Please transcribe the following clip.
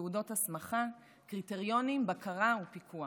תעודות הסמכה, קריטריונים, בקרה ופיקוח.